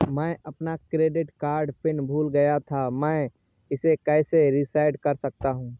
मैं अपना credit card PIN भूल गया था मैं इसे कैसे रीसेट कर सकता हूँ?